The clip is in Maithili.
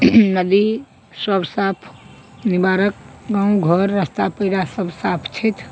नदी सब साफ निबारक गाँव घर रस्ता पेयरा सब साफ छथि